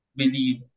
believe